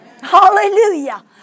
Hallelujah